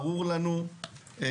ברור לנו חד-משמעית.